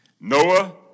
Noah